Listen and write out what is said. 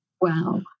Wow